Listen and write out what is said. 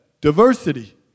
diversity